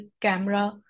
camera